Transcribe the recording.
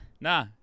Nah